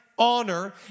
honor